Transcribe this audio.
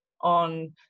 on